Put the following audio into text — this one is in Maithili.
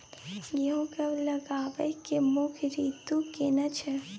गेहूं कब लगाबै के मुख्य रीतु केना छै?